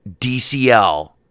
DCL